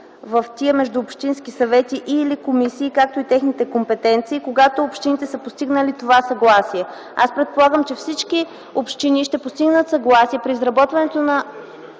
в тия междуобщински съвети и/или комисии, както и техните компетенции, когато общините са постигнали това съгласие. Аз предполагам, че всички общини ще постигнат съгласие при изработването на